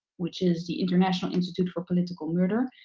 which is the international institute for political murder.